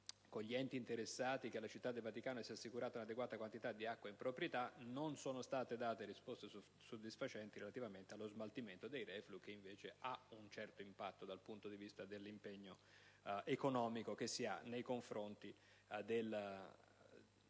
con gli enti interessati, che alla Città del Vaticano sia assicurata una adeguata quantità di acqua in proprietà, non sono state date risposte soddisfacenti relativamente allo smaltimento dei reflui, che invece ha un certo impatto dal punto di vista dell'impegno economico che si ha nei confronti dello